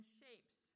shapes